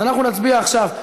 אז אנחנו נצביע עכשיו.